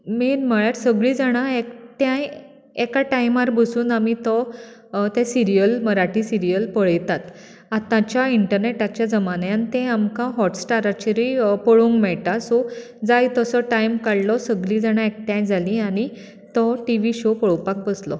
main म्हळ्यार सगळीं जाणां एकठांय एका टायमार बसून आमी तो सिरीयल मराठी सिरीयल पळेतात आताच्या इंटनेटाच्या जमान्यान तें आमकां हॉटस्टाराचेरुय पळोंक मेळटां सो जाय तसो टायम काडलो सगळीं जाणां एकठांय जाली आनी तो टिवी शो पळोवपाक बसलो